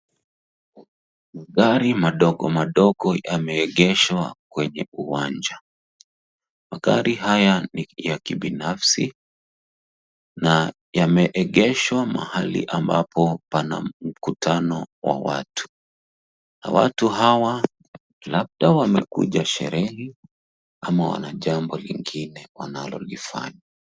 Magari madogo madogo yameegeshwa kwenye uwanja . Magari haya ni ya kibinafsi na yameegeshwa mahali ambapo pana mkutano wa watu. Watu hawa labda wamekuja sherehe ama wana jambo lingine wanalolifanya.